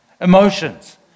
emotions